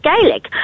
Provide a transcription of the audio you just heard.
Gaelic